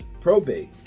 probate